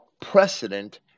precedent